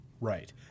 right